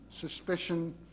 suspicion